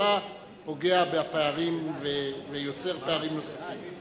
ובראשונה פוגע בפערים ויוצר פערים נוספים.